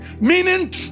Meaning